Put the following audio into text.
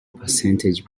percentage